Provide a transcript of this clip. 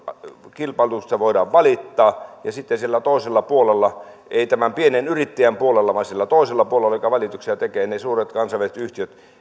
kilpailutuksesta voidaan valittaa ja sitten siellä toisella puolella ei tämän pienen yrittäjän puolella vaan siellä toisella puolella joka valituksia tekee niiden suurten kansainvälisten yhtiöiden